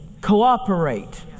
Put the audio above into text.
cooperate